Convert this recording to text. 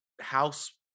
House